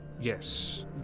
Yes